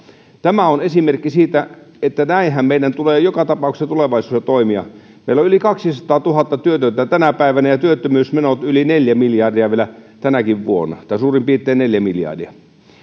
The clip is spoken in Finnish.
tämä on esimerkki siitä että näinhän meidän tulee joka tapauksessa tulevaisuudessa toimia meillä on yli kaksisataatuhatta työtöntä tänä päivänä ja työttömyysmenot yli neljä miljardia vielä tänäkin vuonna tai suurin piirtein neljä miljardia